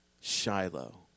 Shiloh